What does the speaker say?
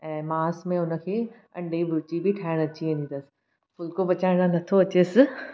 ऐं मांस में हुनखे अण्डे जी भुरजी बि ठाहिणु अची वेंदी अथसि फुल्को पचाइण अञा नथो अचेसि